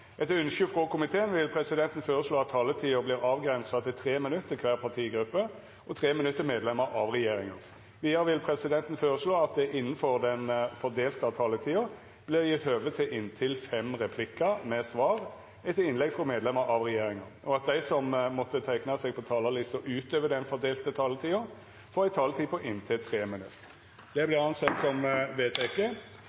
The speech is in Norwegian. Etter ønske frå kommunal- og forvaltningskomiteen vil presidenten føreslå at taletida vert avgrensa til 3 minutt til kvar partigruppe og 3 minutt til medlemer av regjeringa. Vidare vil presidenten føreslå at det – innanfor den fordelte taletida – vert gjeve høve til inntil fem replikkar med svar etter innlegg frå medlemer av regjeringa, og at dei som måtte teikna seg på talarlista utover den fordelte taletida, får ei taletid på inntil 3 minutt. – Det